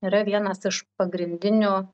yra vienas iš pagrindinių